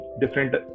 different